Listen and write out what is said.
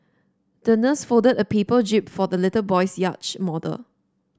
the nurse folded a paper jib for the little boy's yacht model